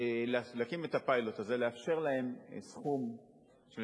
להקים את הפיילוט הזה, לאפשר להם סכום של